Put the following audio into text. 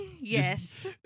Yes